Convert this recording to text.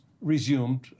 resumed